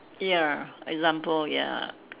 ya example ya